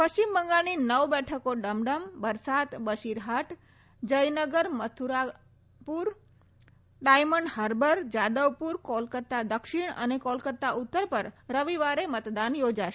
પશ્ચિમ બંગાળની નવ બેઠકો ડમડમ બરસાત બશીરહાટ જયનગર મથુરાપુર ડાયમંડ હાર્બર જાદવપુર કોલકતા દક્ષિમ અને કોલકતા ઉત્તર પર રવિવારે મતદાન યોજાશે